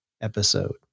episode